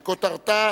שכותרתה: